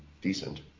decent